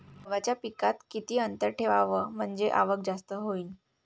गव्हाच्या पिकात किती अंतर ठेवाव म्हनजे आवक जास्त होईन?